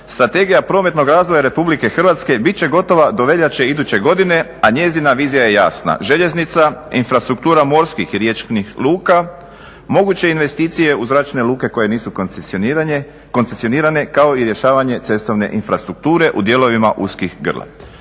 "Strategija prometnog razvoja RH bit će gotova do veljače iduće godine, a njezina vizija je jasna. Željeznica, infrastruktura morskih i riječnih luka, moguće investicije u zračne luke koje nisu koncesionirane kao i rješavanje cestovne infrastrukture u dijelovima uskih grla".